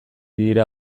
dira